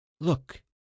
Look